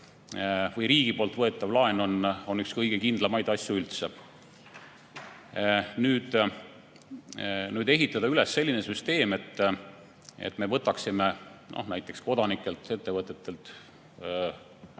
või riigi võetav laen on üks kõige kindlamaid asju üldse. Nüüd, võimalust ehitada üles selline süsteem, et me võtaksime kodanikelt ja ettevõtetelt